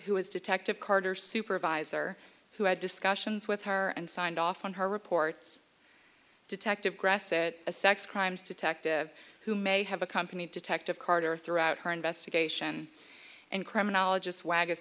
who was detective carter supervisor who had discussions with her and signed off on her reports detective grasset a sex crimes to talk to who may have accompanied detective carter throughout her investigation and criminologist swag